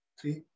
three